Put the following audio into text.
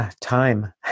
time